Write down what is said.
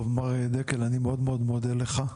טוב מר דקל אני מאוד מאוד מודה לך.